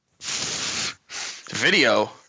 Video